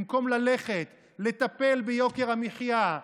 במקום ללכת לטפל ביוקר המחיה,